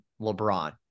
LeBron